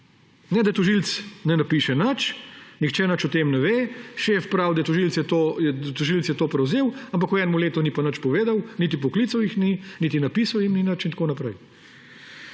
Ne pa, da tožilec ne napiše nič, nihče nič o tem ne ve, šef pravi, da tožilec je to prevzel, ampak v enem letu ni pa nič povedal, niti poklical jih ni, niti napisal jim ni nič in tako naprej.